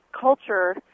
culture